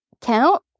count